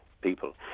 people